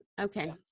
Okay